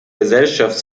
gesellschaft